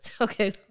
Okay